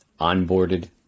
onboarded